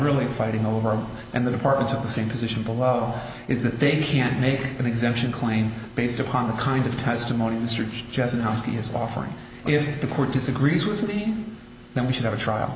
really fighting over and the department at the same position below is that they can't make an exemption claim based upon the kind of testimony mr jesson hosty is offering if the court disagrees with me then we should have a trial